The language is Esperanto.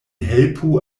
helpu